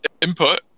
input